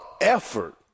effort